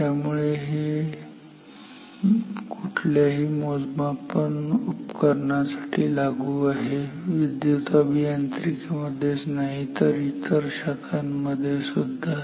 त्यामुळे हे कुठल्याही मोजमापन उपकरणासाठी लागू आहे विद्युत अभियांत्रिकी मध्येच नाही तर इतर शाखांमध्ये सुद्धा